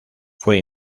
fue